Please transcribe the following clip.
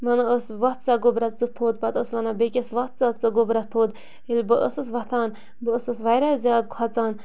وَنان ٲس وَتھ ژےٚ گوٚبرا ژٕ تھوٚد پَتہٕ ٲس وَنان بیٚکِس وَتھ ژےٚ ژٕ گوٚبرا تھوٚد ییٚلہِ بہٕ ٲسٕس وۄتھان بہٕ ٲسٕس واریاہ زیادٕ کھۄژان